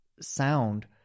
sound